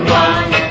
one